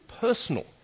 personal